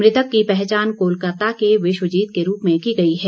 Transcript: मृतक की पहचान कोलकाता के विश्वजीत के रूप में की गई है